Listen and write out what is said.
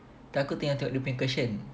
aku tengah tengok dia orang punya question